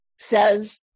says